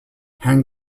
hang